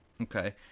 Okay